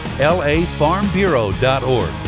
LAFarmBureau.org